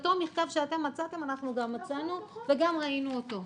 אותו מכתב שאתם מצאתם אנחנו גם מצאנו וגם ראינו אותו.